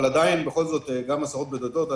אבל עדיין, גם עשרות בודדות.